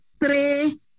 Three